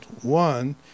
One